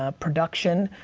ah production,